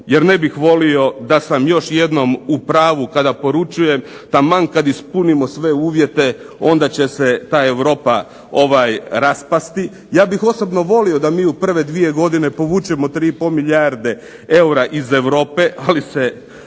jer ne bih volio da sam još jednom u pravu kada poručujem taman kad ispunimo sve uvjete onda će se ta Europa raspasti. Ja bih osobno volio da mi u prve dvije godine povučemo 3 i pol milijarde eura iz Europe, ali su